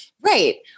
Right